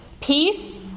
peace